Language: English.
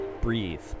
Breathe